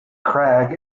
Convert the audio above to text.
crag